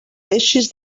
deixes